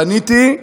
פניתי,